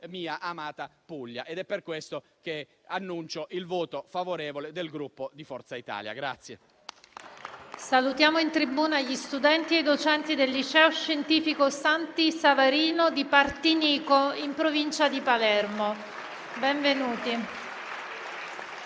mia amata Puglia. È per questo che annuncio il voto favorevole del Gruppo Forza Italia.